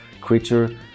creature